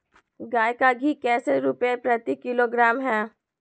गाय का घी कैसे रुपए प्रति किलोग्राम है?